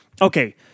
okay